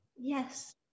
Yes